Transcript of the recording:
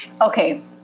Okay